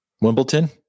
Wimbledon